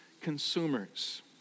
consumers